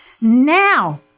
now